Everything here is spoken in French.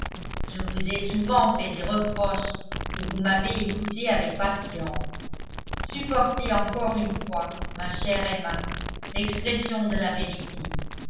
je vous ai souvent fait des reproches et vous m'avez écouté avec patience supportez encore une fois ma chère emma l'expression de la vérité